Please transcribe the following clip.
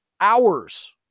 hours